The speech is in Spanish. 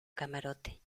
camarote